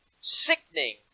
sickening